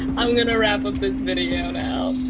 i'm gonna wrap up this video now.